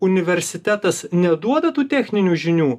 universitetas neduoda tų techninių žinių